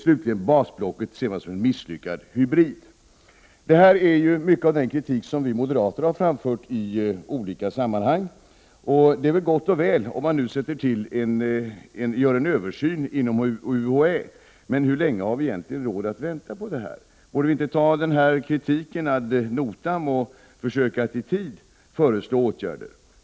Slutligen ses basblocket som en misslyckad hybrid. Det här är mycket av den kritik som vi moderater har framfört i olika sammanhang. Det är gott och väl, om det nu görs en översyn inom UHÄ, men hur länge har vi egentligen råd att vänta? Borde vi inte ta denna kritik ad notam och försöka att i tid föreslå åtgärder?